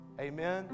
Amen